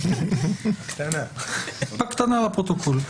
בקטנה, לפרוטוקול.